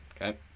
Okay